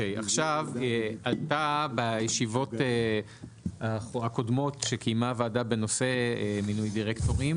עלתה בישיבות הקודמות שקימה הוועדה בנושא מינוי דירקטורים